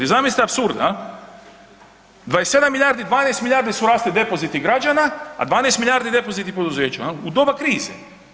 I zamislite apsurda, 27 milijardi i 12 milijardi su rasli depoziti građana, a 12 milijardi depoziti poduzeća u doba krize.